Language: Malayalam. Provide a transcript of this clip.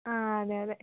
ആ അതെ അതെ